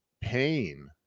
pain